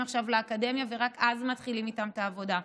עכשיו לאקדמיה ורק אז מתחילים איתם את העבודה,